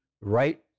right